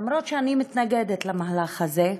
למרות שאני מתנגדת למהלך הזה,